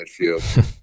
midfield